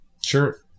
Sure